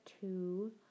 two